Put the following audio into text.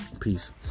Peace